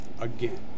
again